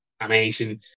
amazing